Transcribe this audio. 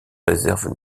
réserves